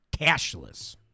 cashless